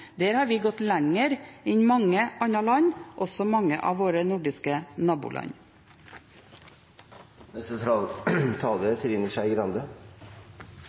Der har vi gått lenger enn mange andre land, også mange av våre nordiske naboland.